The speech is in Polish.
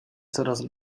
coraz